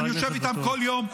אני יושב איתן כל יום.